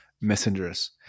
messengers –